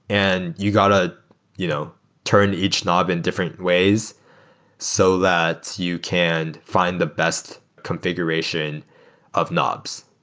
and you got to you know turn each knob in different ways so that you can find the best configuration of knobs.